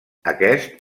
aquest